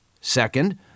Second